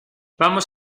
vamos